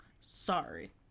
sorry